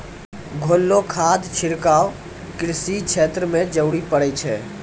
घोललो खाद छिड़काव कृषि क्षेत्र म जरूरी पड़ै छै